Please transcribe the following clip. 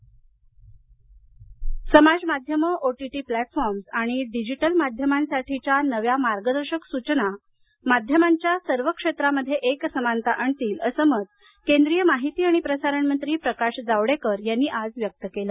जावडेकर समाजमाध्यमं OTT platforms आणि digital माध्यमांसाठीच्या नव्या मार्गदर्शक सूचनामाध्यमाच्या सर्व क्षेत्रांमध्ये एकसमानता आणतील असं मत केंद्रिय माहिती आणिप्रसारण मंत्री प्रकाश जावडेकर यांनी आज व्यक्त केलं